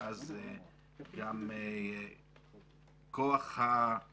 ואז גם כוח המיקוח